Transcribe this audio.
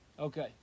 Okay